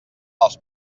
els